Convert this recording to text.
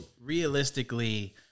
realistically